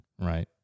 right